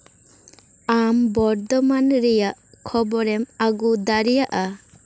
ᱟᱢ ᱵᱚᱨᱫᱷᱚᱢᱟᱱ ᱨᱮᱭᱟᱜ ᱠᱷᱚᱵᱚᱨᱮᱢ ᱟᱹᱜᱩ ᱫᱟᱲᱮᱭᱟᱜᱼᱟ